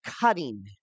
cutting